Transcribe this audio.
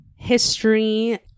history